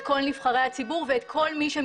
כל נבחרי הציבור ואת כל מי שמתמודד.